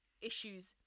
issues